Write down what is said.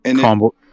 combo